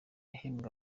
ahembwa